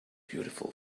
beautiful